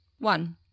One